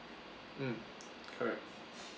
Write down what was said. mm correct